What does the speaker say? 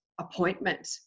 appointment